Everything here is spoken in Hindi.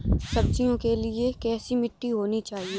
सब्जियों के लिए कैसी मिट्टी होनी चाहिए?